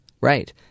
Right